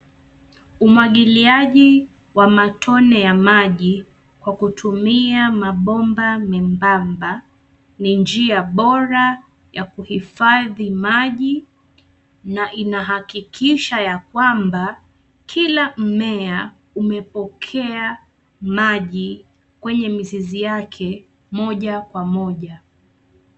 Umwagiliaji wa matone ya maji kwa kutumia mabomba membamba ni njia bora ya kuhifadhi maji, na inahakikisha ya kwamba kila mmea umepokea maji kwenye mizizi yake moja kwa moja.